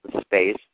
space